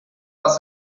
dass